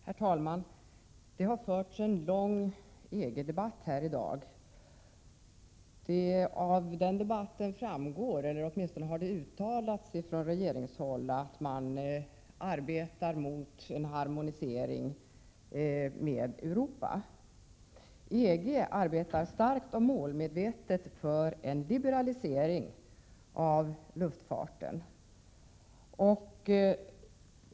Herr talman! Det har förts en lång EG-debatt här i dag. Under den debatten har det från regeringshåll uttalats att man arbetar mot en harmonisering med Europa. EG arbetar starkt och målmedvetet för liberalisering av luftfarten.